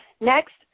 Next